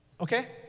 Okay